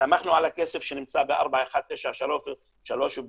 הסתמכנו על הכסף שנמצא ב-4193 וב-1539,